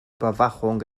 überwachung